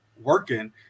working